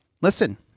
Listen